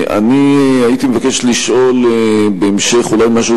אני הייתי מבקש לשאול בהמשך אולי משהו